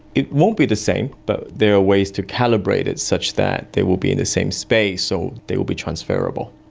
it won't be the same but there are ways to calibrate it such that there will be in the same space, so they will be transferable.